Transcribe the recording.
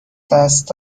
دست